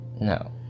No